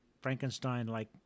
Frankenstein-like